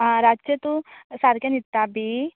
आं रातचें तूं सारकें न्हिदता बी